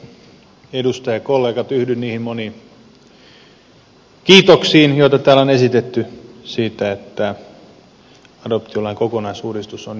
yhdyn niihin moniin kiitoksiin joita täällä on esitetty siitä että adoptiolain kokonaisuudistus on nyt eduskunnassa ja se on tulossa lainsäädäntöön